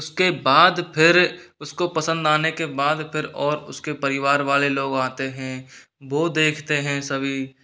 उसके बाद फिर उसको पसंद आने के बाद फिर और उसके परिवार वाले लोग आते हैं वो देखते हैं सभी